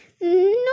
No